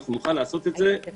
אנחנו נוכל לעשות את זה במיידי.